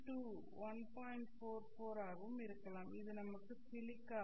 44 ஆகவும் இருக்கலாம் இது நமக்கு சிலிக்கா